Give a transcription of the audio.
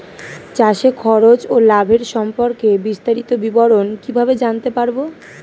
চাষে খরচ ও লাভের সম্পর্কে বিস্তারিত বিবরণ কিভাবে জানতে পারব?